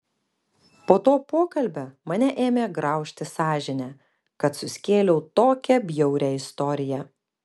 po to pokalbio mane ėmė graužti sąžinė kad suskėliau tokią bjaurią istoriją